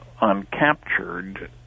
uncaptured